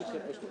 יש הכשרות,